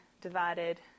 divided